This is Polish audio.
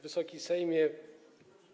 Wysoki Sejmie!